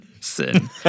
sin